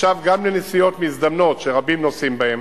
ועכשיו גם בנסיעות מזדמנות, שרבים נוסעים בהן,